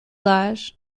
lodge